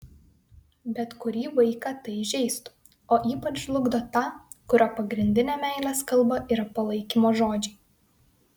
bet kurį vaiką tai žeistų o ypač žlugdo tą kurio pagrindinė meilės kalba yra palaikymo žodžiai